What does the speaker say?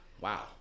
Wow